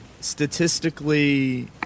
statistically